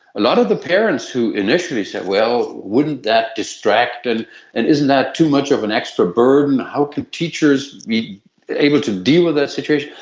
a lot of the parents who initially said, well, wouldn't that distract and and isn't that too much of an extra burden, how could teachers be able to deal with that situation,